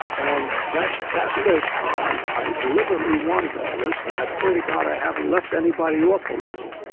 and that that list i i deliberately wanted that list, and i pray to god i haven't left anybody off the list.